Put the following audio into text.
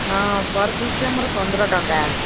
ହଁ per piece ଆମର ପନ୍ଦର ଟଙ୍କା